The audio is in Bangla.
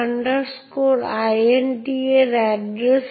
ইউনিক্স এক্সেস কন্ট্রোল মেকানিজমের আরেকটি সমস্যা হল এটি অত্যন্ত কোর্স গ্রেনড